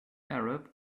arab